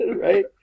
Right